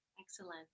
Excellent